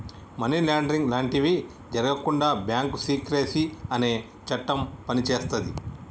money laundering లాంటివి జరగకుండా bank secrecy అనే చట్టం పనిచేస్తది